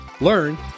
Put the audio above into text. learn